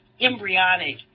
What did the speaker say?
embryonic